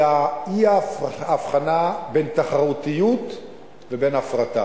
אי-הבחנה בין תחרותיות לבין הפרטה.